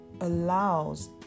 allows